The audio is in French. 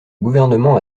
gouvernement